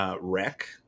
Wreck